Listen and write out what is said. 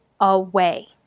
away